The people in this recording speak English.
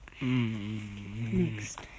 Next